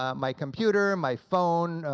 um my computer, my phone,